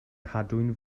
cadwyn